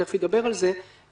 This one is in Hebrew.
שתכף אדבר עליהם הם: